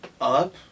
up